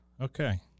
okay